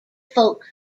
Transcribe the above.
folk